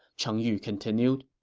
cheng yu continued.